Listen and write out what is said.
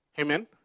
Amen